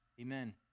Amen